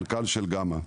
המנכ"ל של גמא.